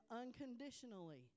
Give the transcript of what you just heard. unconditionally